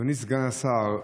אדוני סגן השר,